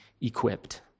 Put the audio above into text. equipped